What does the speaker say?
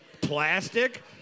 plastic